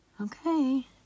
Okay